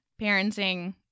parenting